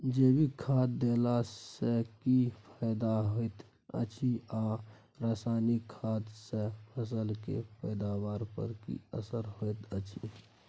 जैविक खाद देला सॅ की फायदा होयत अछि आ रसायनिक खाद सॅ फसल के पैदावार पर की असर होयत अछि?